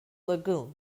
lagoon